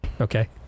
Okay